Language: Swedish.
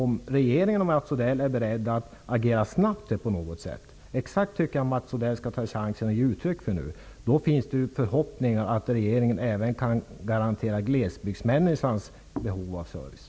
Om regeringen och Mats Odell är beredda att agera snabbt tycker jag att Mats Odell skall ta chansen att ge uttryck för det nu. Då finns det förhoppningar om att regeringen kan garantera glesbygdsmänniskans behov av service.